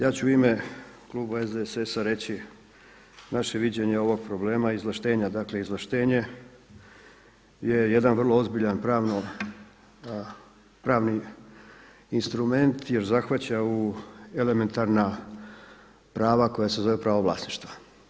Ja ću u ime kluba SDSS-a reći naše viđenje ovog problema izvlaštenja, dakle izvlaštenje je jedan vrlo ozbiljan pravni instrument jer zahvaća u elementarna prava koje se zove pravo vlasništva.